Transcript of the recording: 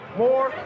more